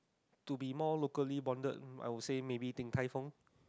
to be more locally bonded I would say maybe Din-Tai-Fung